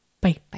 bye